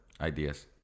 ideas